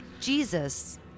Jesus